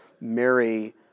marry